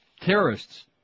terrorists